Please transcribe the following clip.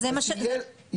נהדר.